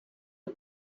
die